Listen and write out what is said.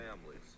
families